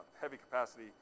heavy-capacity